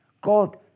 God